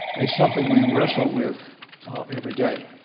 it's something we wrestle with everyday.